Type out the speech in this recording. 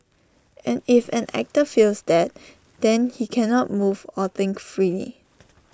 and if an actor feels that then he cannot move or think freely